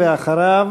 ואחריו,